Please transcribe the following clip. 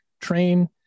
train